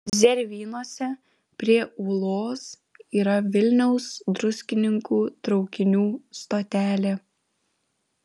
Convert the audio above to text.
zervynose prie ūlos yra vilniaus druskininkų traukinių stotelė